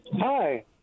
Hi